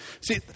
See